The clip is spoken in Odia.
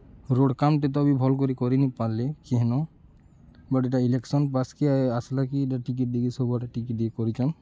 ରୋଡ଼୍ କାମ୍ଟେ ତ ବି ଭଲ୍ କରିନି ପାର୍ଲେ କେହେନୁ ବଟ୍ ଇଟା ଇଲେକ୍ସନ୍ ପାସ୍କେ ଆସ୍ଲା କିି ଇଟା ଟିକେ ଟିକେ ସବୁଆଡେ ଟିକେ ଟିକେ କରିଚନ୍